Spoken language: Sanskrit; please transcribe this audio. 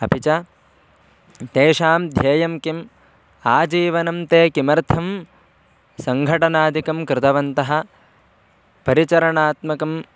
अपि च तेषां ध्येयं किम् आजीवनं ते किमर्थं सङ्घटनादिकं कृतवन्तः परिचरणात्मकं